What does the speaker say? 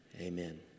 Amen